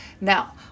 Now